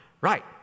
right